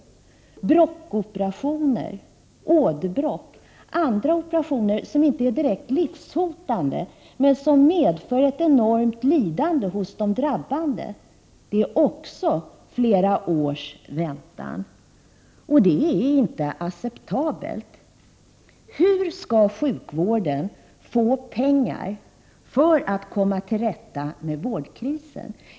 För bråckoperationer, för åderbråck och andra åkommor som inte är direkt livshotande men som Prot. 1988/89:12 medför ett enormt lidande hos de drabbade, är det också flera års väntan. 20 oktober 1988 Det är inte acceptabelt. Hur skall sjukvården få pengar för att komma till rätta med vårdkrisen?